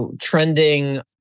trending